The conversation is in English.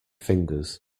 fingers